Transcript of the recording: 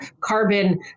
carbon